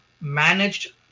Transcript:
managed